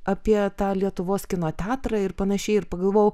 apie tą lietuvos kino teatrą ir panašiai ir pagalvojau